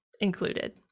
included